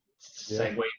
segue